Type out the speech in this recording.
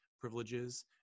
privileges